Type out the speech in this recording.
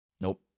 Nope